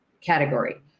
category